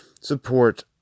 support